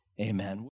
Amen